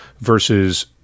versus